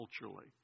culturally